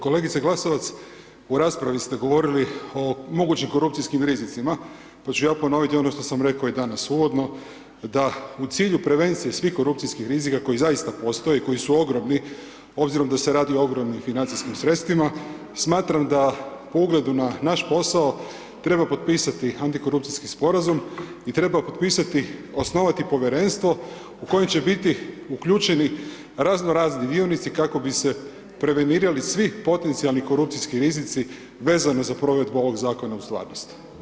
Kolegice Glasovac, u raspravi ste govorili o mogućim korupcijskim rizicima, pa ću ja ponoviti ono što sam rekao i danas uvodno, da u cilju prevencije svih korupcijskih rizika koji zaista postoje, i koji su ogromni, obzirom da se radi o ogromnim financijskim sredstvima, smatram da, po ugledu na naš posao, treba potpisati antikorupcijski sporazum i treba potpisati, osnovati Povjerenstvo u kojem će biti uključeni razno razni dionici kako bi se prevenirali svi potencijalni korupcijski rizici vezano uz provedbu ovog Zakona u stvarnosti.